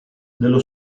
dello